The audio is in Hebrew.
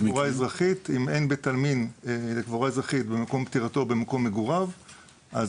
אם אין בית עלמין לקבורה אזרחית במקום מגוריו של